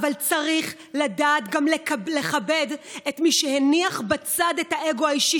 אבל צריך לדעת גם לכבד את מי שהניח בצד את האגו האישי